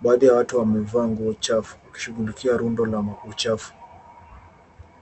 Baadhi ya watu wamevaa nguo chafu wakishughulikia rundo la uchafu.